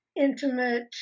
intimate